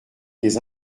des